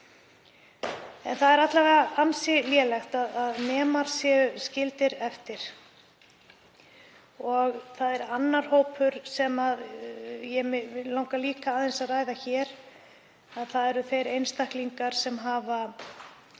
En það er alla vega ansi lélegt að nemar séu skildir eftir. Það er annar hópur sem mig langar líka aðeins að ræða hér, það eru þeir einstaklingar sem hafa